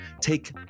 take